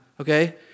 Okay